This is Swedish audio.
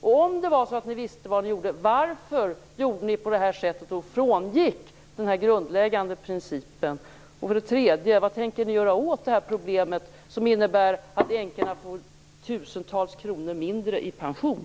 För det andra: Om ni visste vad ni gjorde, varför gjorde ni då på det här sättet och frångick den grundläggande principen? Och för det tredje: Vad tänker ni göra åt problemet, som innebär att änkorna får tusentals kronor mindre i pension?